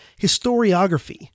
historiography